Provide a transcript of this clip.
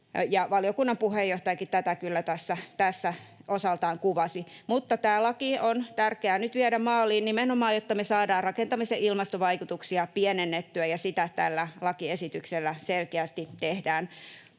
Valiokunnan puheenjohtajakin tätä kyllä tässä osaltaan kuvasi. Mutta tämä laki on tärkeää nyt viedä maaliin nimenomaan, jotta me saadaan rakentamisen ilmastovaikutuksia pienennettyä, ja sitä tällä lakiesityksellä selkeästi tehdään.